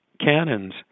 cannons